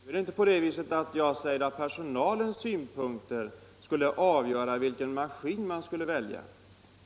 Herr talman! Jag säger inte att personalens synpunkter skulle avgöra vilken maskin man skulle välja.